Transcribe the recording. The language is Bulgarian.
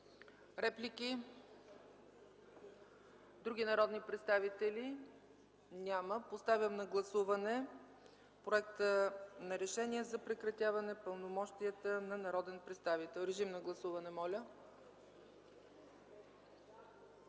Реплики? Няма. Други народни представители? Няма. Поставям на гласуване Проекта за решение за прекратяване пълномощията на народен представител. Гласували